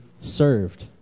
served